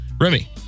Remy